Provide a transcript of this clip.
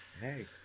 hey